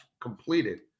completed